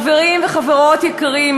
חברים וחברות יקרים,